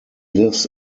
lives